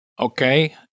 Okay